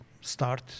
start